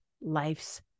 life's